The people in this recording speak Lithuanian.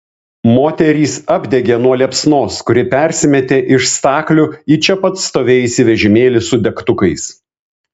moterys apdegė nuo liepsnos kuri persimetė iš staklių į čia pat stovėjusį vežimėlį su degtukais